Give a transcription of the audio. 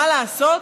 מה לעשות,